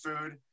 food